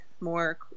more